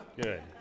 Good